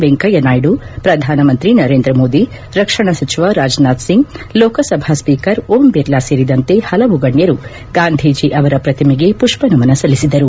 ವೆಂಕಯ್ಯನಾಯ್ದು ಪ್ರಧಾನಮಂತ್ರಿ ನರೇಂದ್ರ ಮೋದಿ ರಕ್ಷಣಾ ಸಚಿವ ರಾಜನಾಥ್ ಸಿಂಗ್ ಲೋಕಸಭಾ ಸ್ವೀಕರ್ ಓಂ ಬಿರ್ಲಾ ಸೇರಿದಂತೆ ಹಲವು ಗಣ್ಯರು ಗಾಂಧಿಜಿ ಅವರ ಪ್ರತಿಮೆಗೆ ಪುಷ್ಪನಮನ ಸಲ್ಲಿಸಿದರು